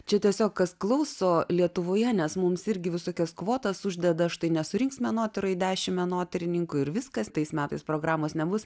čia tiesiog kas klauso lietuvoje nes mums irgi visokias kvotas uždeda štai nesurinks menotyroj dešimt menotyrininkų ir viskas tais metais programos nebus